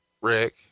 Rick